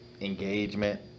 engagement